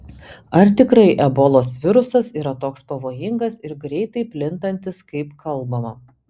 ar tikrai ebolos virusas yra toks pavojingas ir greitai plintantis kaip kalbama